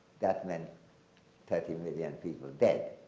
that meant thirty million people dead.